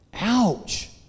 ouch